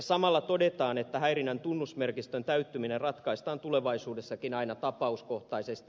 samalla todetaan että häirinnän tunnusmerkistön täyttyminen ratkaistaan tulevaisuudessakin aina tapauskohtaisesti